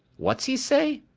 what's he say?